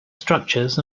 structures